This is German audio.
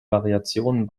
variationen